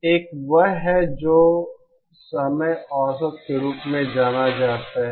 एक वह है जो समय औसत के रूप में जाना जाता है